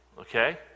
Okay